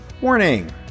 Warning